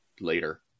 later